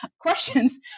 questions